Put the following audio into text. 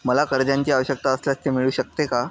मला कर्जांची आवश्यकता असल्यास ते मिळू शकते का?